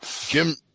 Jim